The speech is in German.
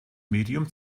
medium